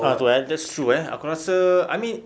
ah tu eh that's true eh aku rasa I mean